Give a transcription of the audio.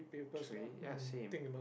three ya same